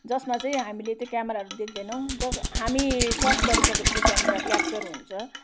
जसमा चाहिँ हामीले चाहिँ क्यामराहरू देख्दैनौँ जस्ट हामी क्रस गरिसकेपछि त्यहाँनिर क्याप्चर हुन्छ